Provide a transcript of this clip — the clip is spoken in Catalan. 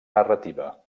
narrativa